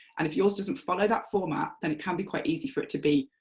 and if yours doesn't follow that format then it can be quite easy for it to be